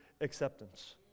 acceptance